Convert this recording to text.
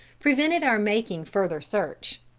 prevented our making further search.